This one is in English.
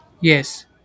Yes